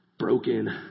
broken